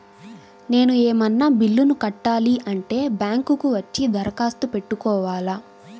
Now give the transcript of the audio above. నేను ఏమన్నా బిల్లును కట్టాలి అంటే బ్యాంకు కు వచ్చి దరఖాస్తు పెట్టుకోవాలా?